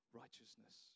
righteousness